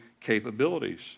capabilities